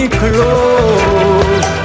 close